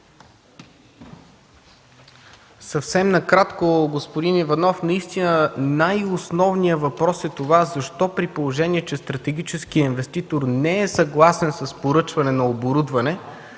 Съвсем накратко, господин Иванов. Най-основният въпрос е защо, при положение че стратегическият инвеститор не е съгласен с поръчване на оборудване,